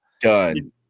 done